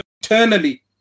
eternally